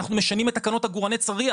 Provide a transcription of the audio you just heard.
אנחנו משנים את תקנות עגורני צריח,